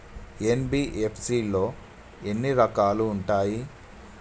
NBFC లో ఎన్ని రకాలు ఉంటాయి?